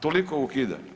Toliko o ukidanju.